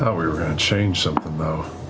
thought we were going to change something, though.